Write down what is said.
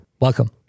Welcome